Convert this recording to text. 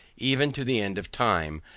even to the end of time,